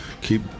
keep